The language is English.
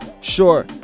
sure